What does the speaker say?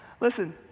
Listen